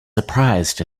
surprised